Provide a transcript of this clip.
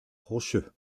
rocheux